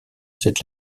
cette